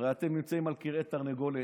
הרי אתם נמצאים על כרעי תרנגולת,